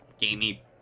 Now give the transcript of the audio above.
gamey